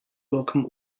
welcome